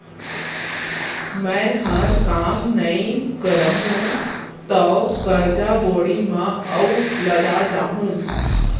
मैंहर काम नइ करहूँ तौ करजा बोड़ी म अउ लदा जाहूँ